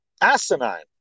asinine